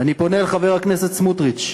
אני פונה לחבר הכנסת סמוטריץ,